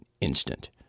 instant